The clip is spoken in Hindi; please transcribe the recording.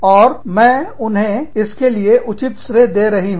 और मैं उन्हें इसके लिए उचित श्रेय दे रही हूं